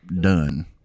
Done